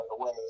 away